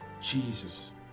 jesus